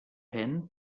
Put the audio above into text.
penh